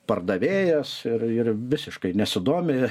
pardavėjas ir ir visiškai nesidomi